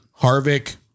Harvick